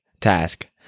task